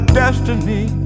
destiny